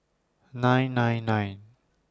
nine nine nine